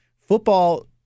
Football